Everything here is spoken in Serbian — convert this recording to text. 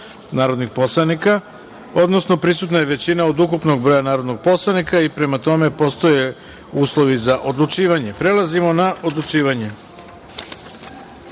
narodnih poslanika, odnosno da je prisutna većina od ukupnog broja narodnih poslanika i da, prema tome, postoje uslove za odlučivanje. Prelazimo na odlučivanje. Pošto